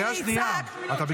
קריאה ראשונה.